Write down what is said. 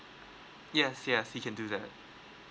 yes yes you can do that